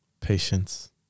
Patience